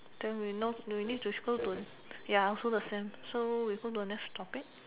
then we know we need to scroll to ya also the same so we go to the next topic